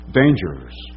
dangers